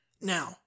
Now